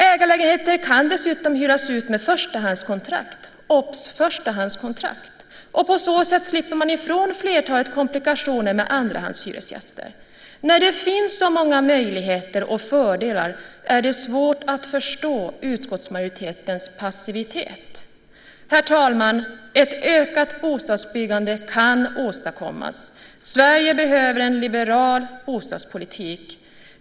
Ägarlägenheter kan dessutom hyras ut med förstahandskontrakt - observera: förstahandskontrakt! På så sätt slipper man ifrån flertalet komplikationer med andrahandshyresgäster. När det finns så många möjligheter och fördelar är det svårt att förstå utskottsmajoritetens passivitet. Herr talman! Ett ökat bostadsbyggande kan åstadkommas. Sverige behöver en liberal bostadspolitik.